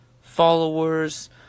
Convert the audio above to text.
followers